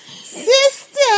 Sister